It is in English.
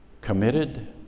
committed